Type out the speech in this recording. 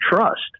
trust